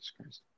Jesus